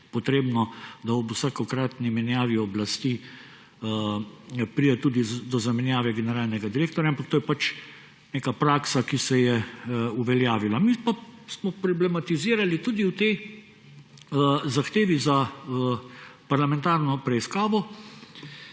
potrebno, da ob vsakokratni menjavi oblasti pride tudi do zamenjave generalnega direktorja. Ampak to je pač neka praksa, ki se je uveljavila. Mi pa smo problematizirali tudi v tej zahtevi za parlamentarno preiskavo